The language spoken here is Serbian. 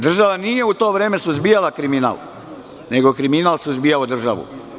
Država nije u to vreme suzbijala kriminal, nego je kriminal suzbijao državu.